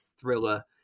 thriller